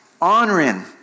honoring